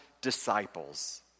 disciples